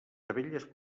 abelles